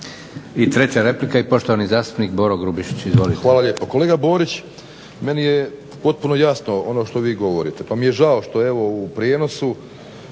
I treća replika i poštovani zastupnik Boro Grubišić. Izvolite. **Grubišić, Boro (HDSSB)** Hvala lijepa. Kolega Borić, meni je potpuno jasno ono što vi govorite pa mi je žao što evo u prijenosu